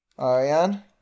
Ariane